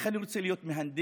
איך אני רוצה להיות מהנדס,